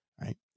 right